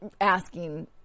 asking